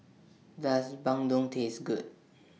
Does Bandung Taste Good